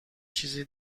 چیزه